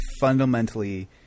fundamentally